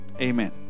Amen